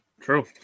True